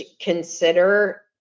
consider